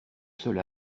seul